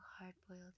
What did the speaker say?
hard-boiled